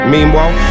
Meanwhile